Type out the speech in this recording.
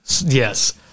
Yes